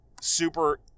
Super